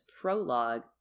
prologue